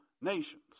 nations